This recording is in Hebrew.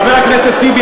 חבר הכנסת טיבי,